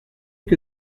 que